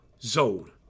zone